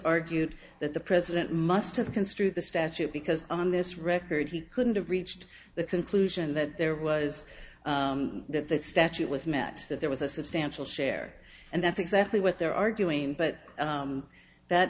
argued that the president must have construe the statute because on this record he couldn't have reached the conclusion that there was that the statute was met that there was a substantial share and that's exactly what they're arguing but that